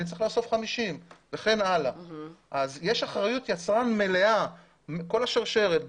אני צריך לאסוף 50. יש אחריות יצרן מלאה בכל השרשרת,